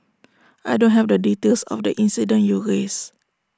I don't have the details of the incident you raised